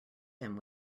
him